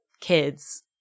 kids